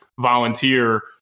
volunteer